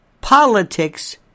politics